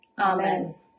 Amen